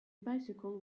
bicycle